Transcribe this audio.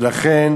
ולכן